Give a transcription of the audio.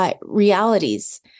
realities